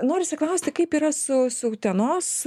norisi klausti kaip yra su utenos